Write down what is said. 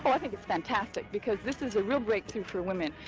i think it's fantastic, because this is a real breakthrough for women.